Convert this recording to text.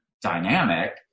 dynamic